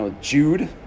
Jude